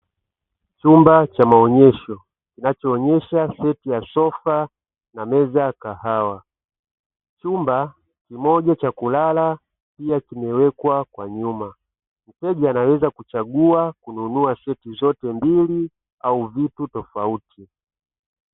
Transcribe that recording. Chumba cha maonyesho kinacholnesha seti ya sofa na meza ya kahawa. Chumba kimoja cha kulala pia kimewekwa kwa nyuma, mteja anaweza kuchagua kununua seti zote mbili au vitu tofauti.